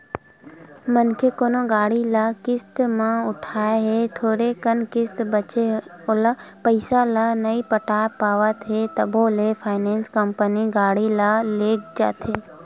मनखे कोनो गाड़ी ल किस्ती म उठाय हे थोरे कन किस्ती बचें ओहा पइसा ल नइ पटा पावत हे तभो ले फायनेंस कंपनी गाड़ी ल लेग जाथे